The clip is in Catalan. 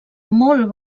molt